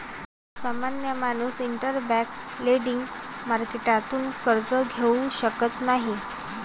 सामान्य माणूस interbank lending मार्केटतून कर्ज घेऊ शकत नाही